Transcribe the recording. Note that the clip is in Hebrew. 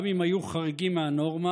גם אם היו חריגים מהנורמה,